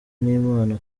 n’imana